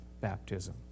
baptism